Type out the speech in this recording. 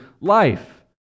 life